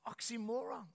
Oxymorons